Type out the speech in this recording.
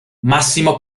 massimo